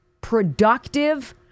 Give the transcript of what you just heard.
productive